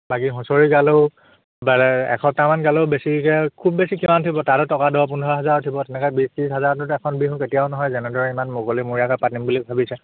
বাকী হুঁচৰি গালেও বাৰে এসপ্তাহমান গালেও বেছিকৈ খুব বেছি কিমান উঠিব তাতে টকা দহ পোন্ধৰ হাজাৰ উঠিব তেনেকৈ বিছ ত্ৰিছ হাজাৰত এখন বিহু কেতিয়াও নহয় যেনেদৰে ইমান মুকলিমূৰীয়াকৈ পাতিম বুলি ভাবিছে